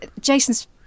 jason's